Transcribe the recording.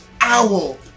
owl